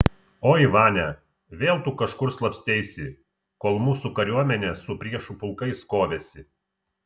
oi vania vėl tu kažkur slapsteisi kol mūsų kariuomenė su priešų pulkais kovėsi